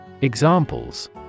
Examples